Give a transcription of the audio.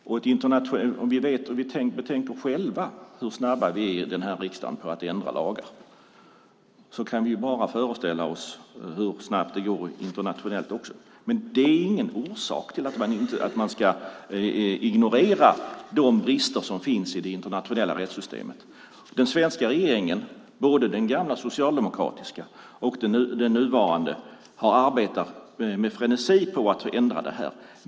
Om vi tänker på hur snabba vi själva är här i riksdagen på att ändra lagar kan vi bara föreställa oss hur snabbt det går internationellt. Men det är ingen orsak till att man ska ignorera de brister som finns i det internationella rättssystemet. Den svenska regeringen - både den gamla socialdemokratiska och den nuvarande - har arbetat med frenesi för att ändra det här.